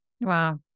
Wow